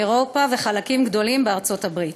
אירופה, וחלקים גדולים בארצות-הברית.